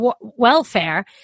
welfare